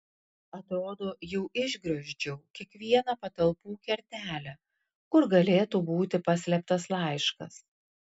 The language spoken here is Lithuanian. atrodo jau išgriozdžiau kiekvieną patalpų kertelę kur galėtų būti paslėptas laiškas